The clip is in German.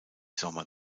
sommer